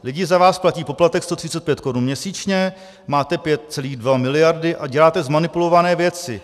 Lidi za vás platí poplatek 135 korun měsíčně, máte 5,2 miliardy a děláte zmanipulované věci.